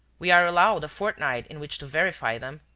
we are allowed a fortnight in which to verify them.